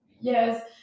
yes